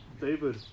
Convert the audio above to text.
David